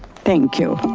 thank you.